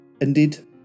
Indeed